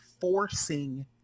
forcing